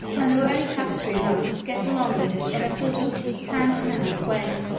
and there was only tapestry enough to get along with in a sort of hand-to-mouth way.